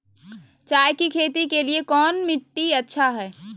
चाय की खेती के लिए कौन मिट्टी अच्छा हाय?